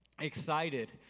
excited